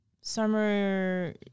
summer